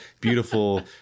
beautiful